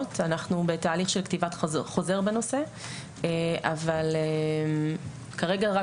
ואנחנו בתהליך של כתיבת חוזר בנושא אבל כרגע יש רק